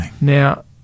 Now